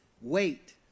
wait